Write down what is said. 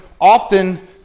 often